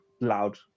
loud